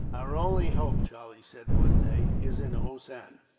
our only hope, charlie said one day, is in hossein.